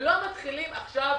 לא מתחילים לשנות